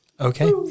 Okay